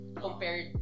compared